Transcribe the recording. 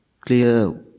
clear